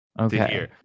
Okay